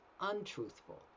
untruthful